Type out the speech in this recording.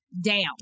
down